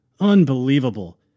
Unbelievable